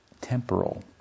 temporal